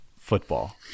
football